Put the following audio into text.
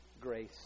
grace